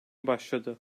başladı